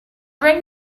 rang